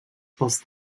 pels